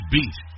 Beat